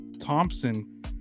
Thompson